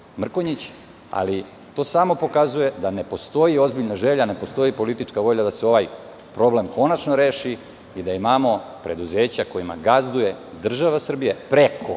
ali to samo pokazuje da ne postoji ozbiljna želja, ne postoji politička volja da se ovaj problem konačno reši i da imamo preduzeća kojima gazduje država Srbija preko,